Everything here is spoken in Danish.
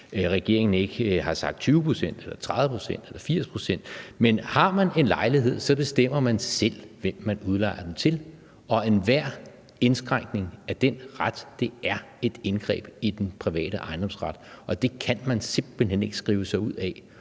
regeringen ikke har sagt 20 pct. eller 30 pct. eller 80 pct. Men har man en lejlighed, bestemmer man selv, hvem man udlejer den til, og enhver indskrænkning af den ret er et indgreb i den private ejendomsret, og det kan man simpelt hen ikke skrive sig ud af.